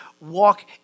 walk